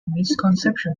misconception